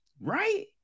right